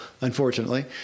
unfortunately